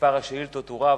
מספר השאילתות הוא רב.